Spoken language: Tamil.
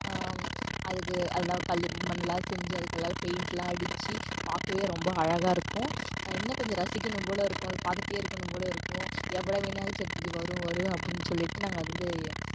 அதுக்கு அதெல்லாம் கல் மண்ணுலாம் செஞ்சு அதுக்குள்ளாற பெயிண்ட்டுலாம் அடித்து பார்க்கவே ரொம்ப அழகாக இருக்கும் இன்னும் கொஞ்சம் ரசிக்கணும் போல் இருக்கும் அதை பார்த்துட்டே இருக்கணும் போல் இருக்கும் எப்போடா விநாயகர் சதுர்த்தி வரும் வரும் அப்படின்னு சொல்லிவிட்டு நாங்கள் அது வந்து